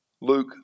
Luke